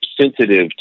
sensitive